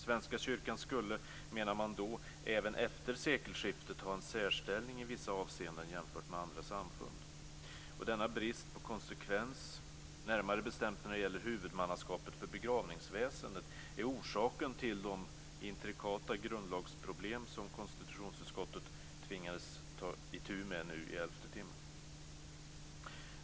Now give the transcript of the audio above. Svenska kyrkan skulle, menade man då, även efter sekelskiftet ha en särställning i vissa avseenden jämfört med andra samfund. Denna brist på konsekvens, närmare bestämt när det gäller huvudmannaskapet för begravningsväsendet, är orsaken till de intrikata grundlagsproblem som konstitutionsutskottet nu i elfte timmen tvingades ta itu med.